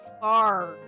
far